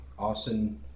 Austin